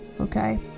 okay